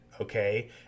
okay